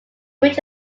which